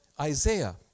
Isaiah